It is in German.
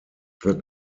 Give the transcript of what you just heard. the